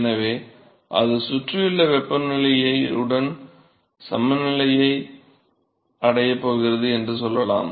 எனவே அது சுற்றியுள்ள வெப்பநிலையுடன் சமநிலையை 25 𝆩 என அடையப் போகிறது என்று சொல்லலாம்